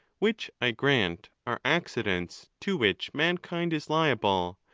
which, i grant, are accidents to which mankind is liable,